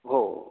हो